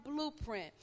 Blueprint